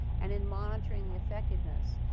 and in monitoring the effectiveness.